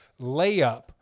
layup